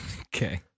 Okay